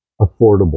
affordable